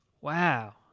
Wow